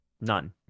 none